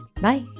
Bye